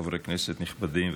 חברות וחברי כנסת נכבדים,